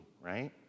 right